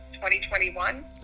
2021